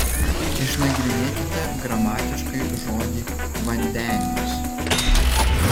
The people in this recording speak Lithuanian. išnagrinėkite gramatiškai žodį vandeniuos